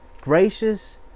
Gracious